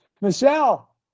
Michelle